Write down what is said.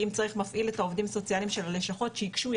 אם צריך מפעיל את העו"ס של הלשכות שייגשו,